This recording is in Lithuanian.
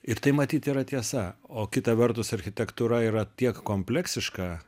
ir tai matyt yra tiesa o kita vertus architektūra yra tiek kompleksiška